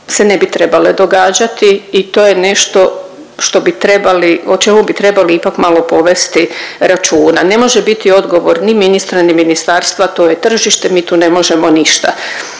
se ne bi trebale događati i to je nešto što bi trebali, o čemu bi trebali ipak malo povesti računa. Ne može biti odgovor ni ministra i ministarstva, to je tržište, mi tu ne možemo ništa.